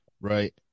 right